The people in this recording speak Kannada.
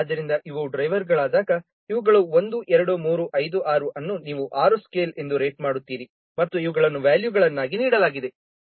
ಆದ್ದರಿಂದ ಇವು ಡ್ರೈವರ್ಗಳಾದಗ ಇವುಗಳು 1 2 3 5 6 ಅನ್ನು ನೀವು 6 ಸ್ಕೇಲ್ ಎಂದು ರೇಟ್ ಮಾಡುತ್ತೀರಿ ಮತ್ತು ಇವುಗಳನ್ನು ವ್ಯಾಲ್ಯೂಗಳಾನ್ನಾಗಿ ನೀಡಲಾಗಿದೆ